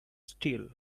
steel